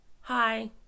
hi